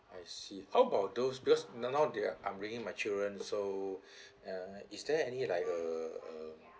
I see how about those because now they're I'm bringing my children so uh is there any like uh uh